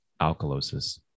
alkalosis